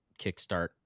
kickstart